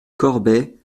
corbet